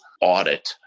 audit